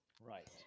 Right